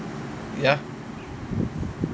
ya